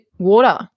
water